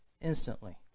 instantly